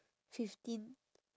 fifteen